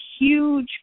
huge